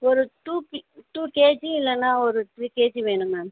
ஒரு டூ பி two KG இல்லைன்னா ஒரு த்ரீ கேஜி வேணும் மேம்